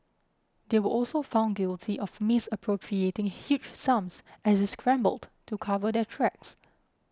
they were also found guilty of misappropriating huge sums as they scrambled to cover their tracks